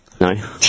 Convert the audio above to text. No